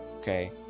okay